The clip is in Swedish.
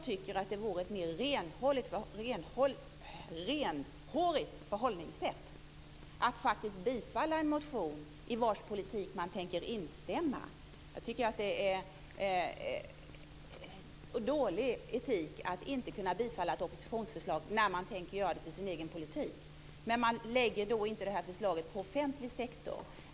Det vore ett mer renhårigt förhållningssätt att faktiskt tillstyrka en motion i vars politik man tänker instämma. Det är dålig etik att inte tillstyrka ett oppositionsförslag när man tänker göra det till sin egen politik, men man tänker inte lägga fram ett förslag inom offentlig sektor.